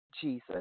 Jesus